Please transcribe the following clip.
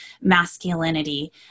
masculinity